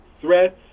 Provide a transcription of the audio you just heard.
threats